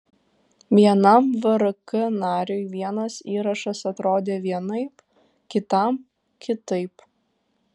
vienam vrk nariui vienas įrašas atrodė vienaip kitam kitaip